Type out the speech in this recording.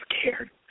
scared